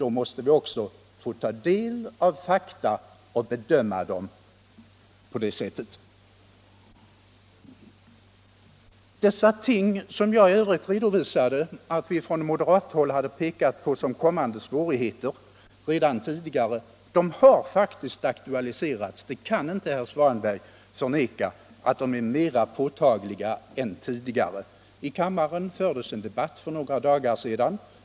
Då måste vi också få ta del av fakta och bedöma dem. Det jag i övrigt redovisade, att vi från moderathåll redan tidigare hade pekat på risken för kommande svårigheter, har faktiskt aktualiserats. Herr Svanberg kan inte förneka att de problemen är mer påtagliga än tidigare. I kammaren fördes för några dagar sedan en debatt om Stålverk 80.